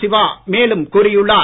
சிவா மேலும் கூறியுள்ளார்